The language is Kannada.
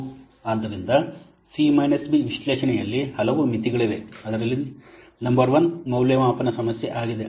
ಆದ್ದರಿಂದ ಸಿ ಬಿ ವಿಶ್ಲೇಷಣೆಯಲ್ಲಿ ಹಲವು ಮಿತಿಗಳಿವೆ ಅದರಲ್ಲಿ ನಂಬರ್ ಒನ್ ಮೌಲ್ಯಮಾಪನ ಸಮಸ್ಯೆ ಆಗಿದೆ